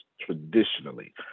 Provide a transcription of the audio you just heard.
traditionally